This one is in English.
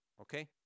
Okay